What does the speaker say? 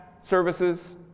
services